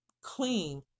clean